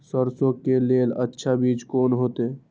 सरसों के लेल अच्छा बीज कोन होते?